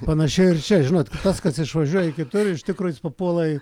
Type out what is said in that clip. panašiai ir čia žinot tas kas išvažiuoja į kitur iš tikro jis papuola į